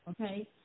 okay